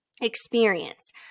experience